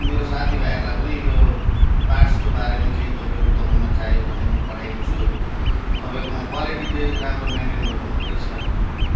मेरो साथीभाइहरूलाई पनि यो पार्ट्सको बारेमा केही तपाईँको दोकानमा चाहियो भने म पठाइदिन्छु तपाईँकोमा क्वालिटी चाहिँ राम्रो मेन्टेन गर्नुहुँदो रहेछ